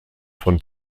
von